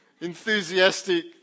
enthusiastic